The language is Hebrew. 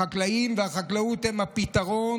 החקלאים והחקלאות הם הפתרון,